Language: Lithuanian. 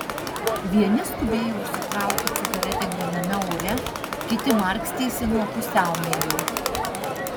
vieni skubėjo užsitraukti cigaretę gryname ore kiti markstėsi nuo pusiaumiegio